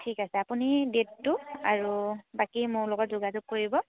ঠিক আছে আপুনি ডেটটো আৰু বাকী মোৰ লগত যোগাযোগ কৰিব